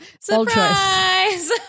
Surprise